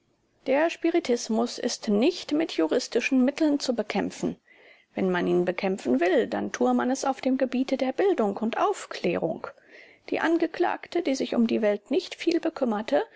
der spiritismus ist nicht mit juristischen mitteln zu bekämpfen wenn man ihn bekämpfen will dann tue man es auf dem gebiete der bildung und aufklärung die angeklagte die sich um die welt nicht viel bekümmerte